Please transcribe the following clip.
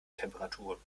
temperaturen